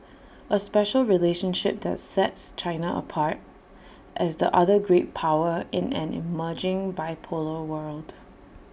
A special relationship that sets China apart as the other great power in an emerging bipolar world